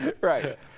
Right